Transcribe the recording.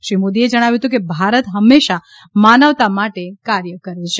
શ્રી મોદીએ જણાવ્યું હતું કે ભારત હંમેશા માનવતા માટે કાર્ય કરે છે